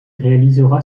réalisera